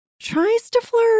tries-to-flirt